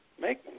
Make